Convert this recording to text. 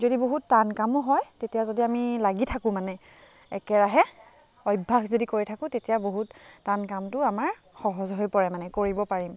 যদি বহুত টান কামো হয় তেতিয়া যদি আমি লাগি থাকোঁ মানে একেৰাহে অভ্যাস যদি কৰি থাকোঁ তেতিয়া বহুত টান কামটোও আমাৰ সহজ হৈ পৰে মানে কৰিব পাৰিম